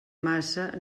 massa